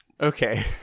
Okay